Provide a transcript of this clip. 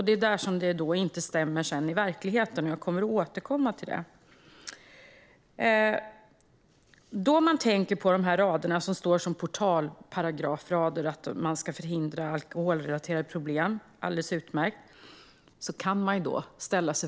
Det är det som inte stämmer med verkligheten, och jag kommer att återkomma till detta. Raderna som står som en portalparagraf handlar alltså om att man ska förhindra alkoholrelaterade problem, vilket är alldeles utmärkt.